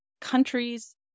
countries